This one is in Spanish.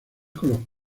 con